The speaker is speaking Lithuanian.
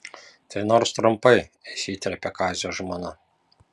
tai nors trumpai įsiterpė kazio žmona